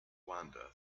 wander